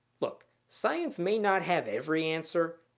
look, science may not have every answer,